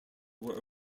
were